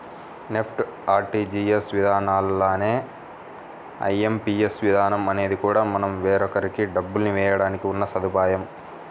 NEFT, RTGS విధానాల్లానే IMPS విధానం అనేది కూడా మనం వేరొకరికి డబ్బులు వేయడానికి ఉన్న సదుపాయం